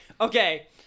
Okay